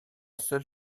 seul